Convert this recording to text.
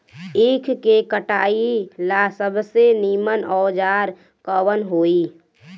ईख के कटाई ला सबसे नीमन औजार कवन होई?